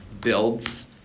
builds